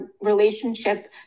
relationship